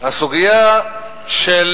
הסוגיה של